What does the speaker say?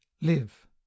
live